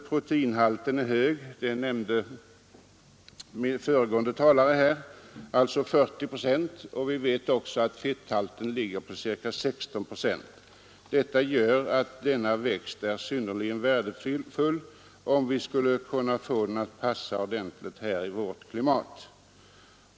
Proteinhalten är så hög som 40 procent, vilket föregående talare också framhöll. Fetthalten är ca 16 procent. Det vore alltså synnerligen värdefullt om vi kunde få denna växt att passa i vårt klimat.